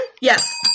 yes